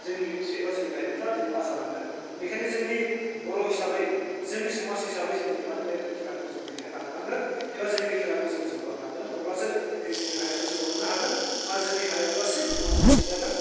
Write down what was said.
जोंनि इउथ्स एबा जोंनि लाइमोनफ्रा दिनै मा जालांगोन बेखायनो जोंनि बर' हिसाबै जोंनि समाज हिसाबै जों दिनै मा होनो बे खेलाखौ जों दिनैहाय लानांगोन एबा जोंनि बे खेलाखौ जों जौगा होलांनांगोन अब्लासो दिनै जोंनि हारियाबो जौगाखांनो हागोन आरो जोंनि हारियाबो गासैबो बुहुमाव जों मिथिजागोन